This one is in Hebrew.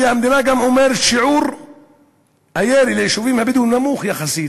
והמדינה גם אומרת: שיעור הירי ליישובים הבדואיים נמוך יחסית,